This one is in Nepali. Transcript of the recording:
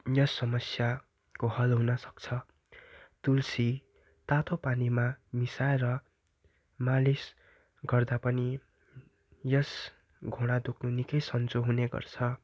यस समस्याको हल हुन सक्छ तुलसी तातो पानीमा मिसाएर मालिस गर्दा पनि यस घुँडा दुख्नु निकै सन्चो हुने गर्छ